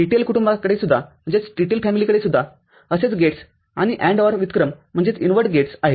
TTL कुटूंबाकडेसुद्धा असेच gates आणि AND OR व्युत्क्रम गेट्स आहेत